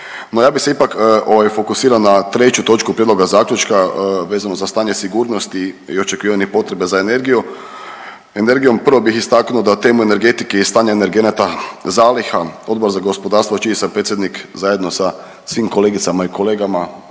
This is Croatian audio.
No, ja bih se ipak fokusirao na treću točku prijedloga zaključka vezanu za stanje sigurnosti i očekivane potrebe za energijom. Prvo bih istaknuo da temu energetike i stanja energenata zaliha Odbor za gospodarstvo čiji sam predsjednik zajedno sa svim kolegicama i kolegama